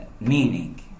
meaning